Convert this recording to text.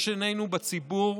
שיש בינינו לציבור: